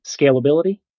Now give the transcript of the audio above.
scalability